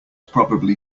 probably